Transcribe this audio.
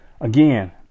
again